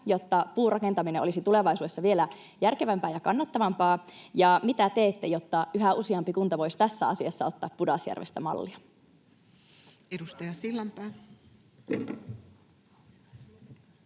jotta puurakentaminen olisi tulevaisuudessa vielä järkevämpää ja kannattavampaa. Mitä teette, jotta yhä useampi kunta voisi tässä asiassa ottaa Pudasjärvestä mallia? Edustaja Sillanpää.